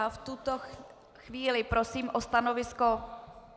Já v tuto chvíli prosím o stanovisko...